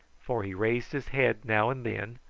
for he raised his head now and then,